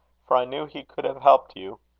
for i knew he could have helped you.